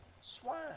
swine